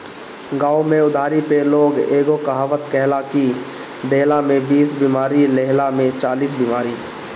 गांव में उधारी पे लोग एगो कहावत कहेला कि देहला में बीस बेमारी, लेहला में चालीस बेमारी